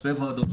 שתי ועדות,